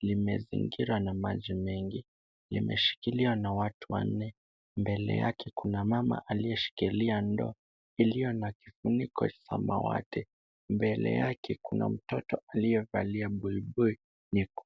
Limezingirwa na maji mengi. Limeshikiliwa na watu wanne. Mbele yake kuna mama aliyeshikilia ndoo iliyo na kifuniko cha samawati. Mbele yake kuna mtoto aliyevalia buibui nyekundu.